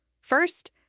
First